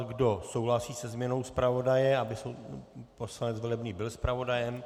Kdo souhlasí se změnou zpravodaje, aby poslanec Velebný byl zpravodajem?